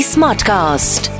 Smartcast